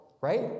right